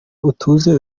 utuze